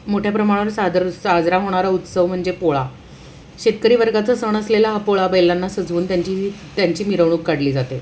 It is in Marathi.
मोठ्या प्रमाणावर सादर साजरा होणारा उत्सव म्हणजे पोळा शेतकरी वर्गाचा सण असलेला हा पोळा बैलांना सजवून त्यांची त्यांची मिरवणूक काढली जाते